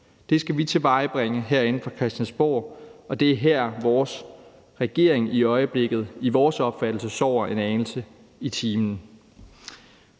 Det skal vi tilvejebringe herinde på Christiansborg, og det er her, vores regering i øjeblikket efter vores opfattelse sover en anelse i timen.